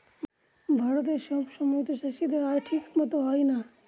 ভারতে সব সময়তো চাষীদের আয় ঠিক মতো হয় না